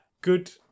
good